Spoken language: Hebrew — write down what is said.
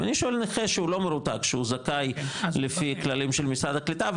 אני שואל נכה שהוא לא מרותק שהוא זכאי לפי כללים של משרד הקליטה,